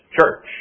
church